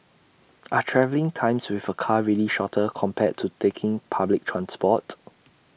are travelling times with A car really shorter compared to taking public transport